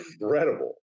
incredible